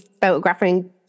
photographing